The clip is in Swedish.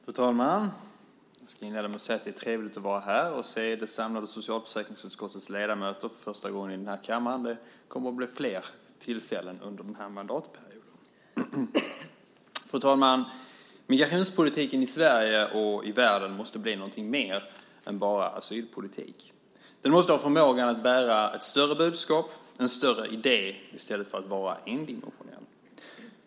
Fru talman! Jag ska inleda med att säga att det är trevligt att vara här och för första gången se socialförsäkringsutskottets ledamöter samlade i kammaren. Det kommer att bli flera tillfällen under mandatperioden. Migrationspolitiken i Sverige och i världen måste bli någonting mer än bara asylpolitik. Den måste ha förmågan att bära ett större budskap, en större idé, i stället för att vara endimensionell.